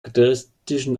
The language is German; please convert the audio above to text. charakteristische